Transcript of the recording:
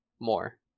more